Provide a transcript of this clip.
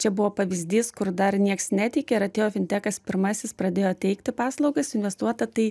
čia buvo pavyzdys kur dar nieks neteikė ir atėjo fintekas pirmasis pradėjo teikti paslaugas investuota tai